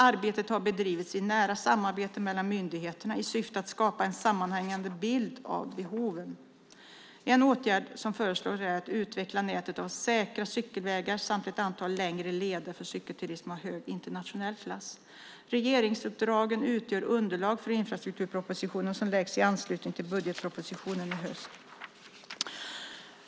Arbetet har bedrivits i nära samarbete mellan myndigheterna i syfte att skapa en sammanhängande bild av behoven. En åtgärd som föreslås är att utveckla nätet av säkra cykelvägar samt ett antal längre leder för cykelturism av hög internationell klass. Regeringsuppdragen utgör underlag för infrastrukturpropositionen som läggs i anslutning till budgetpropositionen i höst.